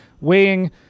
weighing